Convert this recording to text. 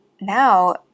now